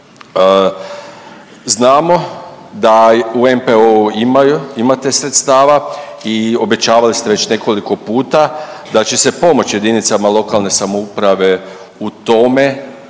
Znamo da u NPOO-u imate sredstava i obećavali ste već nekoliko puta da će se pomoć JLS u tome da smanje